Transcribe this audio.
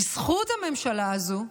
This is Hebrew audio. בזכות הממשלה הזאת,